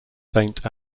saint